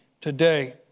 today